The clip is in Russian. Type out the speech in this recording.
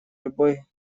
любой